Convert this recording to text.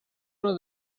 uno